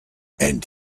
and